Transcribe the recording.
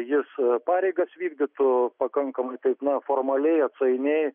jis pareigas vykdytų pakankamai taip na neformaliai atsainiai